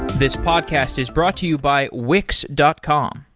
this podcast is brought to you by wix dot com.